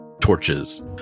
torches